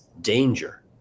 danger